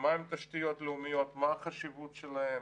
מה הן התשתיות הלאומיות, מה החשיבות שלהן.